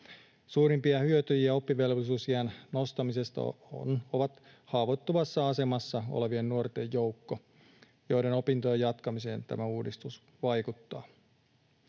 Suurimpia hyötyjiä oppivelvollisuusiän nostamisesta ovat haavoittuvassa asemassa olevat nuoret, joiden opintojen jatkamiseen tämä uudistus vaikuttaa.